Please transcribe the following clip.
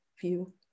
view